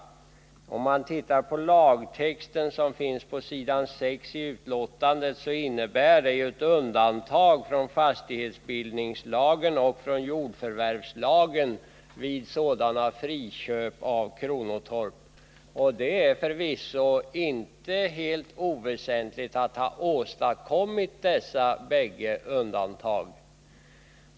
Om man studerar lagtexten, som finns på s. 6 i betänkandet, kommer man fram till att den innebär ett undantag från fastighetsbildningslagen och från jordförvärvslagen vid sådana här friköp av kronotorp. Det är förvisso inte helt oväsentligt att ha åstadkommit dessa bägge undantag.